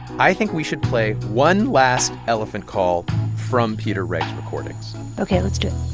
i think we should play one last elephant call from peter wrege's recordings ok, let's do